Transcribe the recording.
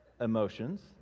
emotions